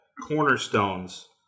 cornerstones